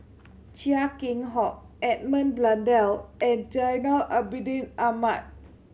Chia Keng Hock Edmund Blundell and Zainal Abidin Ahmad